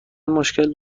مشکل